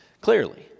clearly